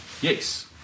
Yes